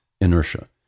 inertia